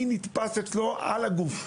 מי נתפס אצלו על הגוף.